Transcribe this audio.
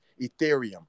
Ethereum